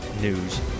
News